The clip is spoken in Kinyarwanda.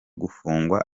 gufungwa